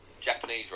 Japanese